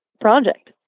project